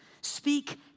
Speak